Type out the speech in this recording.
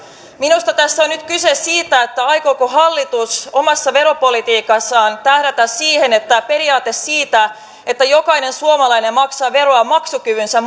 minusta tässä on nyt kyse siitä aikooko hallitus omassa veropolitiikassaan tähdätä siihen että periaate siitä että jokainen suomalainen maksaa veroa maksukykynsä